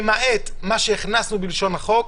למעט מה שהכנסנו בלשון החוק,